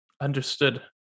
Understood